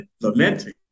lamenting